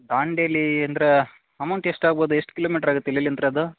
ದಾಂಡೇಲಿ ಅಂದ್ರ ಅಮೌಂಟ್ ಎಷ್ಟು ಆಗ್ಬೋದು ಎಷ್ಟು ಕಿಲೋಮೀಟ್ರ್ ಆಗತ್ ಇಲ್ಲಿಲಂತ್ರ ಅದು